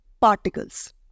particles